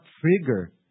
trigger